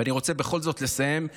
ואני רוצה בכל זאת לסיים,